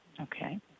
Okay